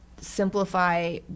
simplify